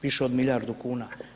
Više od milijardu kuna.